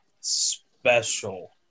special